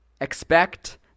Expect